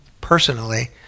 personally